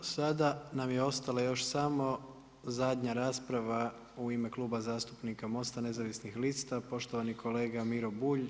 Sada nam je ostala još samo zadnja rasprava u ime Kluba zastupnika MOST-a nezavisnih lista poštovani kolega Miro Bulj.